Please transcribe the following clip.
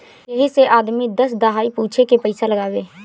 यही से आदमी दस दहाई पूछे के पइसा लगावे